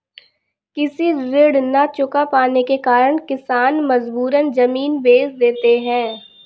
कृषि ऋण न चुका पाने के कारण किसान मजबूरन जमीन बेच देते हैं